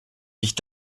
sich